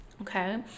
Okay